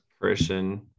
Christian